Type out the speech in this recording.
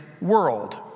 world